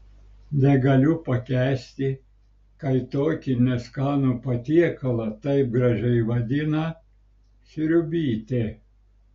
negaliu pakęsti kai tokį neskanų patiekalą taip gražiai vadina sriubytė